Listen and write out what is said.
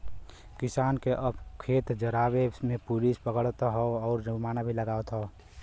किसान के अब खेत जरावे पे पुलिस पकड़त हौ आउर जुर्माना भी लागवत हौ